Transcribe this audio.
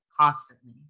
constantly